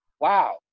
wow